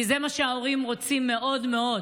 כי זה מה שההורים רוצים מאוד מאוד,